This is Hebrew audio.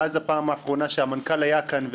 מאז הפעם האחרונה שהמנכ"ל היה כאן,